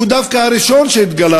והוא דווקא הראשון שהתגלה,